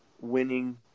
Winning